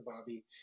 Bobby